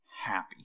happy